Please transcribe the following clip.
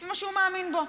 לפי מה שהוא מאמין בו.